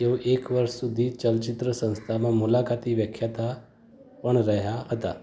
તેઓ એક વર્ષ સુધી ચલચિત્ર સંસ્થામાં મુલાકાતી વ્યાખ્યાતા પણ રહ્યા હતા